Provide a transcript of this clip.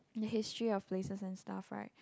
the history of places and stuff right